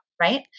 right